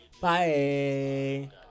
Bye